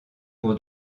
pour